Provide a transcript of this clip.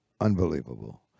unbelievable